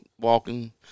walking